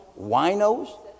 winos